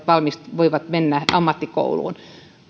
voivat mennä ammattikouluun